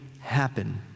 happen